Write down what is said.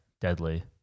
Deadly